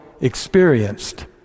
experienced